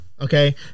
okay